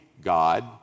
God